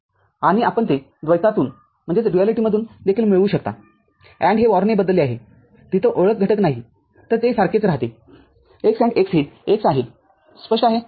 आणि आपण ते द्वैतातून देखील मिळवू शकता AND हे OR ने बदलले आहे तिथे ओळखघटक नाही तरते सारखेच राहते x AND x हे x आहे स्पष्ट आहे